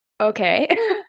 okay